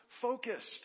focused